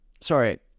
sorry